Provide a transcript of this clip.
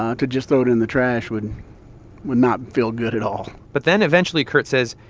ah to just throw it in the trash would would not feel good at all but then, eventually, kurt says,